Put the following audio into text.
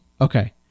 Okay